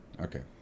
Okay